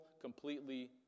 completely